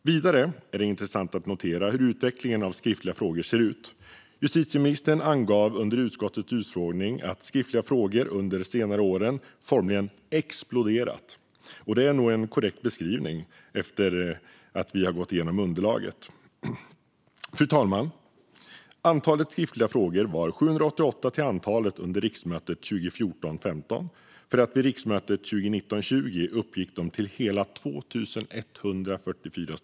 Vidare är det intressant att notera hur utvecklingen av skriftliga frågor ser ut. Justitieministern angav under utskottets utfrågning att antalet skriftliga frågor under de senare åren formligen exploderat, och vi kan nog efter att ha gått igenom underlaget säga att det är en korrekt beskrivning. Fru talman! Antalet skriftliga frågor var 788 under riksmötet 2014 20 uppgick antalet till hela 2 144.